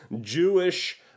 Jewish